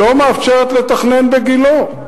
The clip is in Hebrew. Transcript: לא מאפשרת לתכנן בגילה.